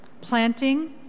planting